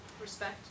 Respect